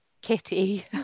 kitty